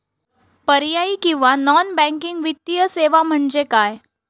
पर्यायी किंवा non banking वित्तीय सेवा म्हणजे काय?